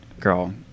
Girl